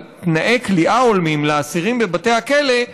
על תנאי כליאה הולמים לאסירים בבתי הכלא,